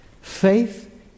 faith